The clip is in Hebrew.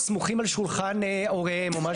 הסמוכים על שולחן הוריהם או משהו כזה.